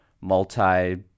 multi